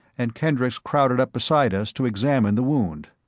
and kendricks crowded up beside us to examine the wound.